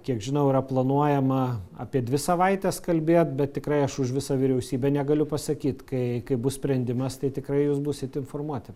kiek žinau yra planuojama apie dvi savaites kalbėt bet tikrai aš už visą vyriausybę negaliu pasakyt kai kai bus sprendimas tai tikrai jūs būsit informuoti